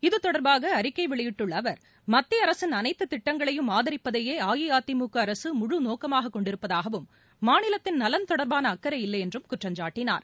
இத்தொடர்பாக அறிக்கை வெளியிட்டுள்ள அவர் மத்திய அரசின் அளைத்து திட்டங்களை ஆதரிப்பதையே அஇஅதிமுக அரசு முழு நோக்கமாக கொண்டிருப்பதாகவும் மாநிலத்தின் நலன் தொடர்பான அக்கறை இல்லை என்றும் குற்றம்சாட்டினார்